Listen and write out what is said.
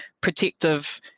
protective